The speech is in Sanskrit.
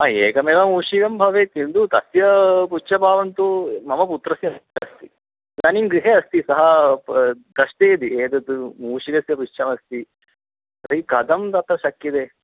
हा एकमेव मूषकः भवेत् किन्तु तस्य पुच्छभावन्तु मम पुत्रस्य अस्ति इदानीं गृहे अस्ति सः दृष्टं यदि एतद् मूषकस्य पुच्छमस्ति तर्हि कथं दत्तं शक्यते